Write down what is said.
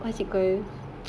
bicycle